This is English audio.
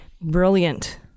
brilliant